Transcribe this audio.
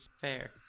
Fair